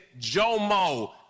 Jomo